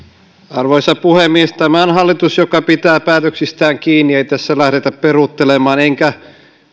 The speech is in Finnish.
arvoisa puhemies tämä on hallitus joka pitää päätöksistään kiinni ei tässä lähdetä peruuttelemaan enkä